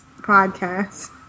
podcast